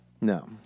No